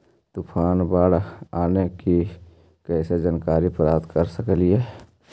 तूफान, बाढ़ आने की कैसे जानकारी प्राप्त कर सकेली?